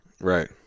Right